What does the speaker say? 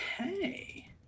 okay